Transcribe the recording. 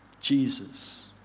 Jesus